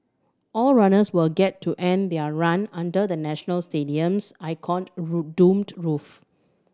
all runners will get to end their run under the National Stadium's domed roof